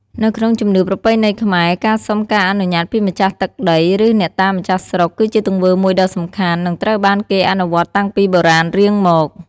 នៅក្នុងជំនឿប្រពៃណីខ្មែរ ការសុំការអនុញ្ញាតពីម្ចាស់ទឹកដី ឬអ្នកតាម្ចាស់ស្រុក គឺជាទង្វើមួយដ៏សំខាន់ និងត្រូវបានគេអនុវត្តតាំងពីបុរាណរៀងមក។